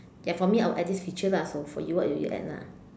ya for me I will this feature lah for for you what do you add lah